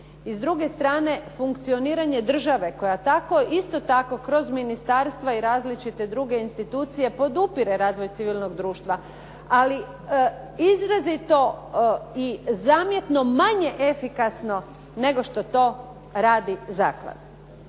i s druge strane funkcioniranje države koja tako, isto tako kroz ministarstva i različite druge institucije podupire razvoj civilnog društva ali izrazito i zamjetno manje efikasno nego što to radi zaklada.